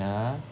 yeah